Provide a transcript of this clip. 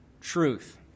truth